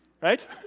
Right